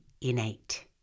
innate